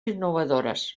innovadores